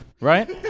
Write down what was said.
Right